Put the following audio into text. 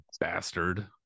bastard